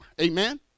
Amen